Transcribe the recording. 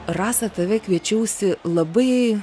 rasa tave kviečiausi labai